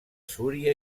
súria